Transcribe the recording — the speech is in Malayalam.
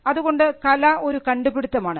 അതുകൊണ്ട് കല ഒരു കണ്ടുപിടുത്തമാണ്